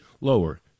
lower